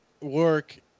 work